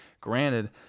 granted